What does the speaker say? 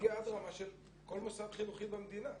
להגיע עד רמה של כל מוסד חינוכי במדינה,